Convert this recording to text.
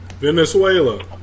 Venezuela